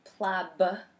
PLAB